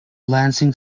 lansing